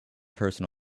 person